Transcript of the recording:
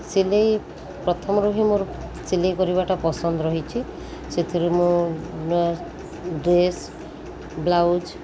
ସିଲେଇ ପ୍ରଥମରୁ ହିଁ ମୋର ସିଲେଇ କରିବାଟା ପସନ୍ଦ ରହିଛି ସେଥିରୁ ମୁଁ ଡ୍ରେସ୍ ବ୍ଲାଉଜ୍